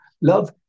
Love